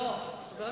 לא מציע,